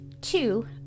two